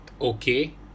Okay